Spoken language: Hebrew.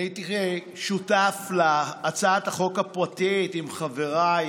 אני הייתי שותף להצעת החוק הפרטית עם חבריי,